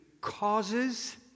causes